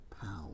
power